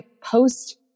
post